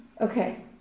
Okay